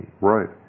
Right